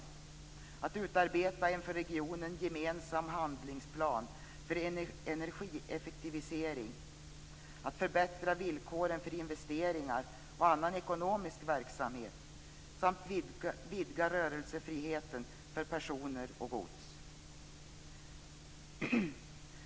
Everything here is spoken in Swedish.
Det handlar också om att utarbeta en för regionen gemensam handlingsplan för energieffektivisering, att förbättra villkoren för investeringar och annan ekonomisk verksamhet samt att vidga rörelsefriheten för personer och gods.